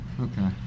Okay